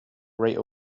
right